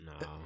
no